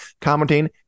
commenting